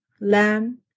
lamb